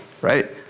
right